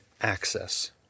access